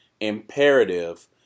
imperative